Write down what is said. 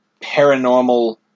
paranormal